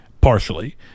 partially